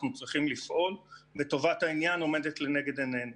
צריכים לפעול וטובת העניין עומדת לנגד עינינו.